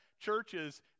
churches